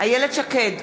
איילת שקד,